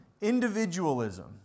individualism